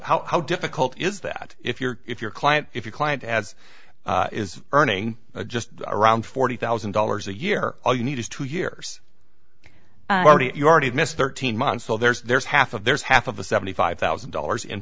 how difficult is that if you're if your client if your client as is earning just around forty thousand dollars a year all you need is two years already you already missed thirteen months so there's half of there's half of the seventy five thousand dollars in